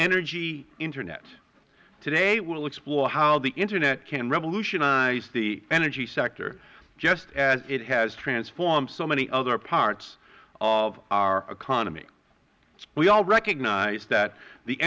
energy internet today we will explore how the internet can revolutionize the energy sector just as it has transformed so many other parts of our economy we all recognize that the